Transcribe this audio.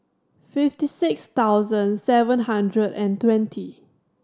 fifty six thousand seven hundred and twenty